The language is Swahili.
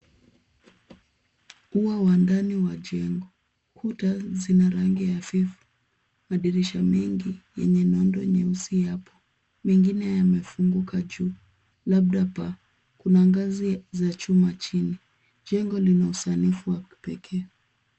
Ua wa ndani wa jengo. Kuta zina rangi hafifu madirisha mengi yenye nundu nyeusi yapo. Mengine yamefunguka juu labda paa, kuna ngazi za chuma chini. Jengo lina usanifu wa kipekee.